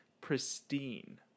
pristine